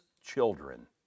children